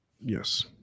Yes